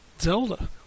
Zelda